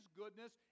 goodness